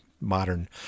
modern